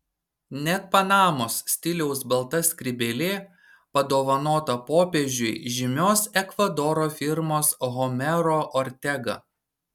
net panamos stiliaus balta skrybėlė padovanota popiežiui žymios ekvadoro firmos homero ortega